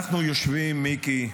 אנחנו יושבים, מיקי,